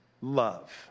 love